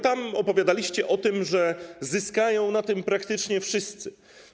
Tam opowiadaliście o tym, że zyskają na tym praktycznie wszyscy.